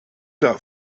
der